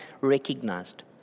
recognized